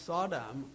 Sodom